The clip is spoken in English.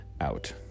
out